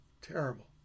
Terrible